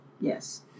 Yes